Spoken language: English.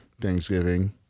Thanksgiving